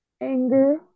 Anger